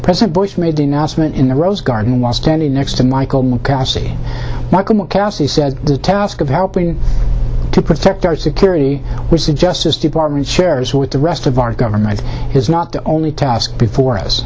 president bush made the announcement in the rose garden while standing next to michael mukasey not he said the task of helping to protect our security which the justice department shares with the rest of our government is not the only task before us